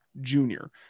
junior